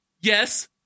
Yes